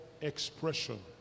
expression